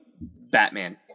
Batman